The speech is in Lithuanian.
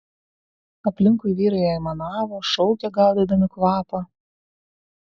aplinkui vyrai aimanavo šaukė gaudydami kvapą